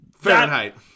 Fahrenheit